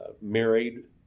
Married